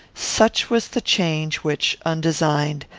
such was the change which, undesigned,